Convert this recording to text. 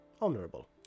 honorable